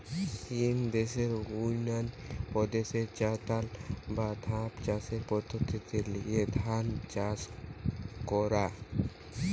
চিন দেশের ইউনান প্রদেশে চাতাল বা ধাপ চাষের পদ্ধোতি লিয়ে ধান চাষ কোরা